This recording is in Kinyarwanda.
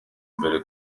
imbere